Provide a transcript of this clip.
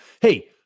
Hey